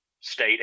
state